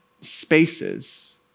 spaces